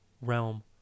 realm